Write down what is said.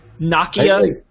Nokia